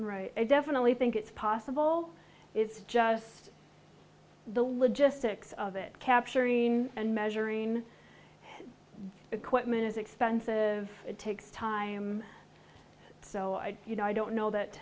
lose i definitely think it's possible it's just the logistics of it capturing and measuring equipment is expensive it takes time so i you know i don't know that